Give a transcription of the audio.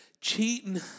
Cheating